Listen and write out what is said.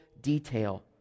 detail